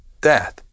death